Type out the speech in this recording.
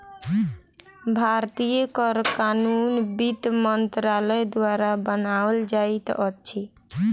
भारतीय कर कानून वित्त मंत्रालय द्वारा बनाओल जाइत अछि